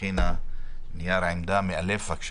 הכינה נייר עמדה מאלף.